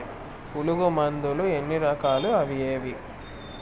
పులుగు మందులు ఎన్ని రకాలు అవి ఏవి?